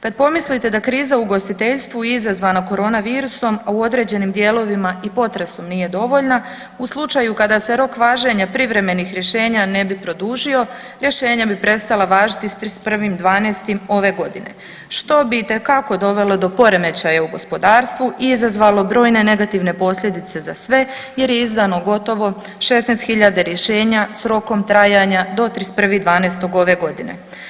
Kad pomislite da kriza u ugostiteljstvu izazvana koronavirusom u određenim dijelovima i potresu nije dovoljna u slučaju kada se rok važenja privremenih rješenja ne bi produžio rješenja bi prestala važiti s 31.12. ove godine, što bi itekako dovelo do poremećaja u gospodarstvu i izazvalo brojne negativne posljedice za sve jer je izdano gotovo 16.000 rješenja s rokom trajanja do 31.12. ove godine.